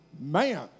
Man